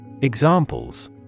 examples